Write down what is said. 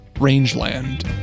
rangeland